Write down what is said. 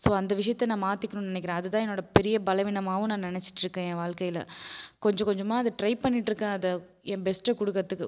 so அந்த விஷயத்தை நான் மாற்றிக்கணுன்னு நினைக்குறேன் அது தான் என்னோட பெரிய பலவீனமாகவும் நான் நினச்சிட்ருக்கேன் என் வாழ்க்கைல கொஞ்ச கொஞ்சமாக அதை ட்ரை பண்ணிட்டுருக்கேன் அதை என் பெஸ்ட்டை கொடுக்கறதுக்கு